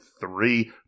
three